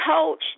coach